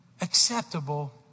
acceptable